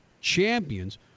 Champions